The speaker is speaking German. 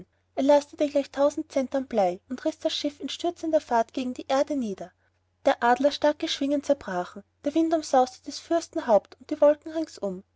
er lastete gleich tausend centnern blei und riß das schiff in stürzender fahrt gegen die erde nieder der adler starke schwingen zerbrachen der wind umsauste des fürsten haupt und die wolken ringsum